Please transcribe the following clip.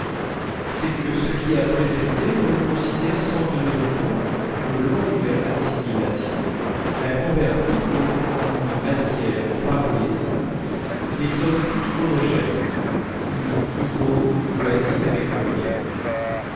c'est que ce qui a précédé on le considère sans tenir compte qu'une longue assimilation l'a converti pour nous en une matière variée sans doute mais somme toute homogène où hugo voisine avec molière